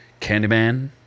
Candyman